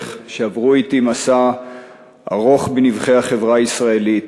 שעברו אתי מסע ארוך בנבכי החברה הישראלית.